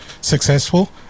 successful